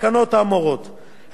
המשרדים האמורים זה האוצר והביטחון,